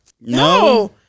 No